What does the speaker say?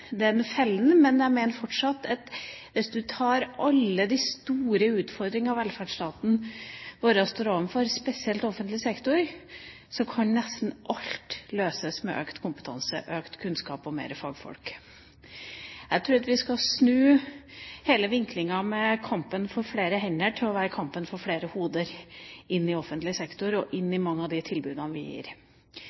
fellen, men jeg mener fortsatt at hvis man tar alle de store utfordringene som velferdsstaten vår står overfor, spesielt i offentlig sektor, kan nesten alt løses med økt kompetanse, økt kunnskap og flere fagfolk. Jeg tror at vi skal snu hele vinklingen – fra kampen for å få flere hender til kampen for å få flere hoder inn i offentlig sektor og inn i mange av de tilbudene vi gir.